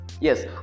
yes